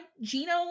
Gino